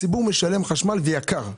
הציבור משלם חשמל ויקר.